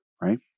right